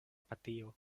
partio